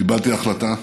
קיבלתי החלטה.